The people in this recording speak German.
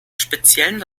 speziellen